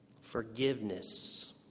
Forgiveness